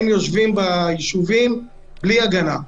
הם יושבים בישובים בלי הגנה.